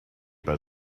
but